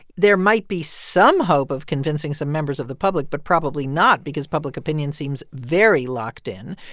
there might be some hope of convincing some members of the public, but probably not because public opinion seems very locked in.